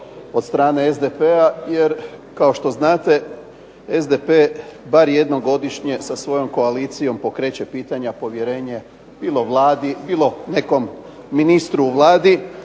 od strane SDP-a jer kao što znate SDP bar jednom godišnje sa svojom koalicijom pokreće pitanja povjerenja bilo Vladi, bilo nekom ministru u Vladi